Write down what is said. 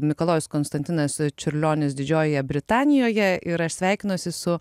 mikalojus konstantinas čiurlionis didžiojoje britanijoje ir aš sveikinuosi su